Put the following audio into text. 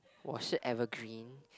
我是 evergreen